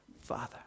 Father